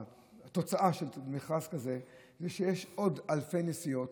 התוצאה של מכרז כזה היא שיש עוד אלפי נסיעות,